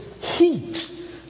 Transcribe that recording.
heat